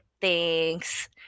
thanks